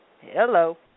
Hello